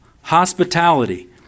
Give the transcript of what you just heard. hospitality